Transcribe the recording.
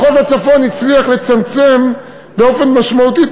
מחוז הצפון הצליח לצמצם באופן משמעותי את